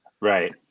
Right